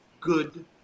good